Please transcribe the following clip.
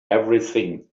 everything